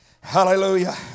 Hallelujah